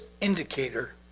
indicator